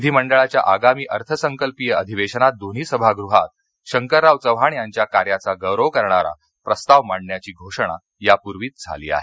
विधी मंडळाच्या आगामी अर्थसंकल्पीय अधिवेशनात दोन्ही सभागृहात शंकरराव चव्हाण यांच्या कार्याचा गौरव करणारा प्रस्ताव मांडण्याची घोषणा यापूर्वीच झाली आहे